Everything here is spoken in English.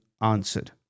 answered